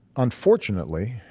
unfortunately,